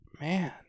man